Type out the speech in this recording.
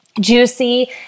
juicy